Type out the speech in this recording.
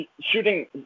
shooting